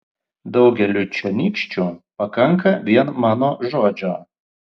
daugeliui čionykščių pakanka vien mano žodžio